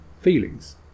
feelings